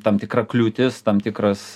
tam tikra kliūtis tam tikras